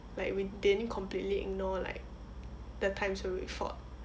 like we didn't completely ignore like the times when we fought